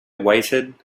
waited